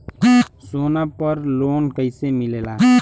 सोना पर loan कइसे मिलेला?